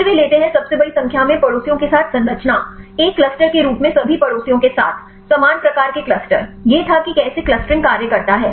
फिर वे लेते हैं सबसे बड़ी संख्या में पड़ोसियों के साथ संरचना एक क्लस्टर के रूप में सभी पड़ोसियों के साथ समान प्रकार के क्लस्टर यह था कि कैसे क्लस्टरिंग कार्य करता है